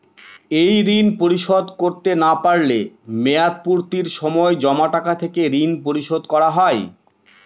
এই ঋণ পরিশোধ করতে না পারলে মেয়াদপূর্তির সময় জমা টাকা থেকে ঋণ পরিশোধ করা হয়?